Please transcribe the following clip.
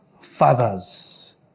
fathers